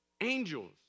Angels